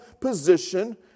position